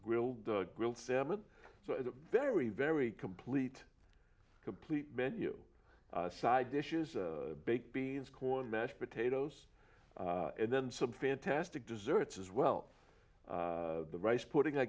grilled grilled salmon so very very complete complete menu side dishes baked beans corn mashed potatoes and then some fantastic desserts as well the rice putting i